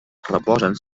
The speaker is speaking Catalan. reposen